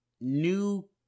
new